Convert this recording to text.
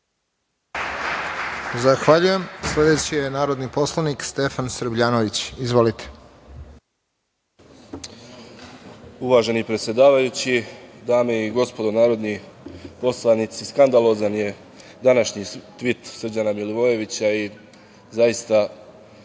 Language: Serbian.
Zahvaljujem. Sledeći je narodni poslanik Stefan Srbljanović. Izvolite. **Stefan Srbljanović** Uvaženi predsedavajući, dame i gospodo narodni poslanici, skandalozan je današnji tvit Srđana Milivojevića i zaista